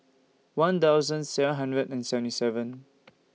one thousand seven hundred and seventy seven